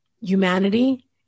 humanity